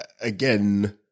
again